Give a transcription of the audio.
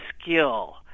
skill